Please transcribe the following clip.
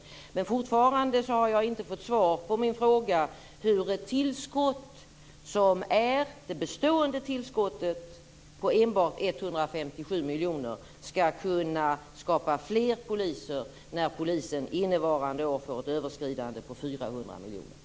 Fortfarande har jag inte fått svar på min fråga hur tillskottet, som är det bestående tillskottet, på enbart 157 miljoner skall kunna ge fler poliser när polisen innevarande år får ett överskridande på 400 miljoner.